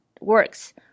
works